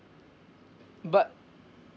but